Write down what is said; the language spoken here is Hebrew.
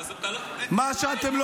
יא פחדן, מה אתה חוסם?